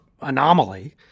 anomaly